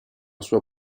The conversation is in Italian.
sua